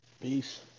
Peace